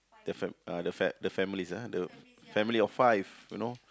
the fam~ uh the fa~ the families ah the family of five you know